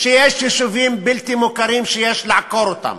שיש יישובים בלתי מוכרים שיש לעקור אותם,